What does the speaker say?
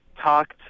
talked